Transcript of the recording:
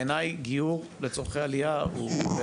בעיני גיור לצורכי עלייה הוא,